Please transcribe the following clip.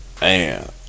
Man